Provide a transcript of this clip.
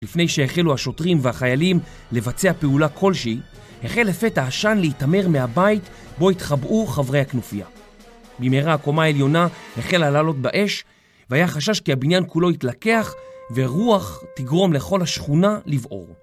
לפני שהחלו השוטרים והחיילים לבצע פעולה כלשהי, החל לפתע עשן להיתמר מהבית בו התחבאו חברי הכנופייה. במהרה הקומה העליונה החלה לעלות באש, והיה חשש כי הבניין כולו יתלקח, ורוח תגרום לכל השכונה לבעור.